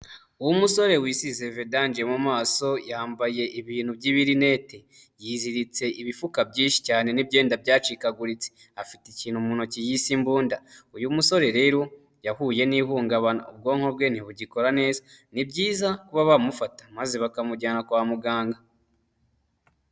umusore wisize vedanjee mu maso, yambaye ibintu by'ibibirineti, yiziritse ibifuka byinshi cyane n'imyenda byacikaguritse, afite ikintu mu ntoki yise imbunda, uyu musore rero yahuye n'ihungabana ubwonko bwe ntibugikora neza ni byiza kuba bamufata maze bakamujyana kwa muganga.